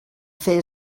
fer